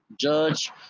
Judge